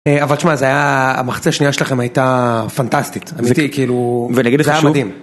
אבל שמע, המחצית השנייה שלכם הייתה פנטסטית, אמיתי, כאילו, זה היה מדהים.